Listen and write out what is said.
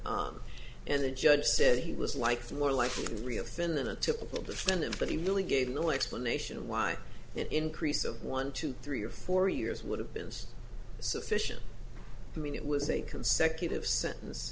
and the judge said he was like more like a real thin than a typical defend him but he really gave the explanation why increase of one to three or four years would have been sufficient i mean it was a consecutive sentence